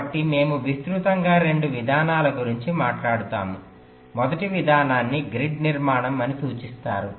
కాబట్టి మేము విస్తృతంగా రెండు విధానాల గురించి మాట్లాడుతాము మొదటి విధానాన్ని గ్రిడ్ నిర్మాణం అని సూచిస్తారు